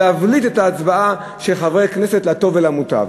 להבליט את ההצבעה של חברי הכנסת לטוב ולמוטב.